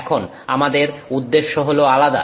এখন আমাদের উদ্দেশ্য হল আলাদা